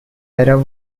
error